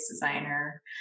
designer